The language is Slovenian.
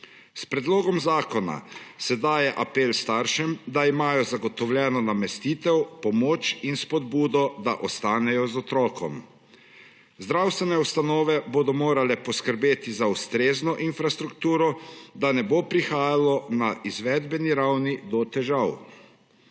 S predlogom zakona se daje apel staršem, da imajo zagotovljeno namestitev, pomoč in spodbudo, da ostanejo z otrokom. Zdravstvene ustanove bodo morale poskrbeti za ustrezno infrastrukturo, da ne bo prihajalo na izvedbeni ravni do težav.